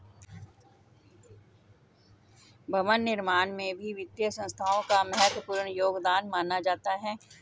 भवन निर्माण में भी वित्तीय संस्थाओं का महत्वपूर्ण योगदान माना जाता है